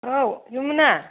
औ जुमुना